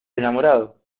enamorado